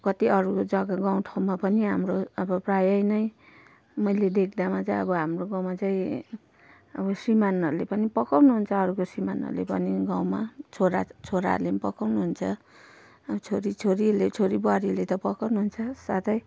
कति अरूको जग्गा गाउँ ठाउँमा पनि हाम्रो अब प्रायै नै मैले देख्दामा चाहिँ अब हाम्रो गाउँमा चाहिँ अब श्रीमान्हरूले पनि पकाउनुहुन्छ अरूको श्रीमान्हरूले पनि गाउँमा छोरा छोराहरूले पनि पकाउनुहुन्छ अब छोरी छोरीहरूले छोरी बुहारीले त पकाउनुहुन्छ साथै